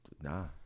Nah